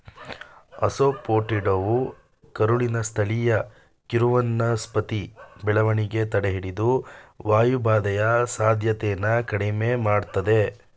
ಅಸಾಫೋಟಿಡಾವು ಕರುಳಿನ ಸ್ಥಳೀಯ ಕಿರುವನಸ್ಪತಿ ಬೆಳವಣಿಗೆ ತಡೆಹಿಡಿದು ವಾಯುಬಾಧೆಯ ಸಾಧ್ಯತೆನ ಕಡಿಮೆ ಮಾಡ್ತದೆ